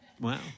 Wow